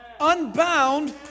unbound